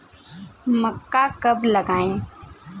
मक्का कब लगाएँ?